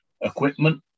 equipment